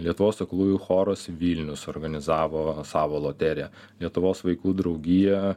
lietuvos aklųjų choras vilnius suorganizavo savo loteriją lietuvos vaikų draugija